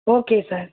okay sir